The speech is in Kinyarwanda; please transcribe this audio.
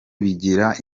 bigira